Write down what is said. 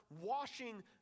washing